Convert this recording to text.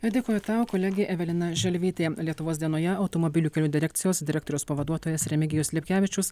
dėkoju tau kolegė evelina želvytė lietuvos dienoje automobilių kelių direkcijos direktoriaus pavaduotojas remigijus lipkevičius